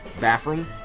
bathroom